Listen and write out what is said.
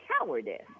cowardice